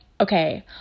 okay